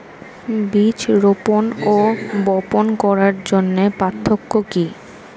বীজ রোপন ও বপন করার মধ্যে পার্থক্য কি?